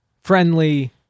friendly-